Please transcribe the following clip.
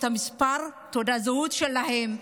את מספר תעודת הזהות שלהם?